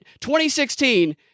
2016